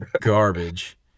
garbage